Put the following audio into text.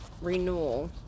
Renewal